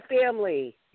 family